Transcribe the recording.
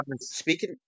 speaking